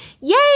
Yay